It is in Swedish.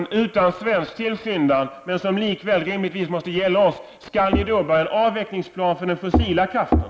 Även om den tillkommer utan svensk tillskyndan måste den likväl rimligtvis ändå gälla oss. Skall ni då börja en avvecklingsplan för den s.k. fossila kraften?